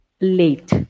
late